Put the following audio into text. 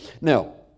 Now